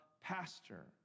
pastor